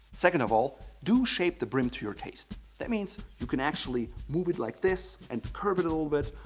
second of all, do shape the brim to your taste that means you can actually move it like this and to curve it a little bit,